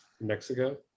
Mexico